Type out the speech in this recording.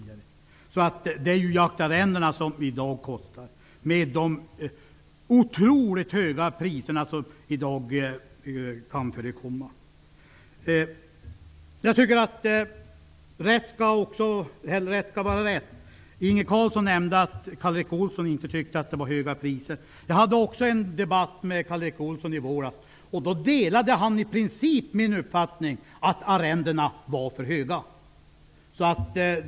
Det är ju jaktarrendena som i dag kostar, i synnerhet med de otroliga priser som kan förekomma. Rätt skall vara rätt. Inge Carlsson nämnde att Karl Erik Olsson inte ansåg att priserna var höga. Också jag förde en debatt med Karl Erik Olsson i våras. Då delade han i princip min uppfattning, att arrendena var för höga.